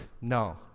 No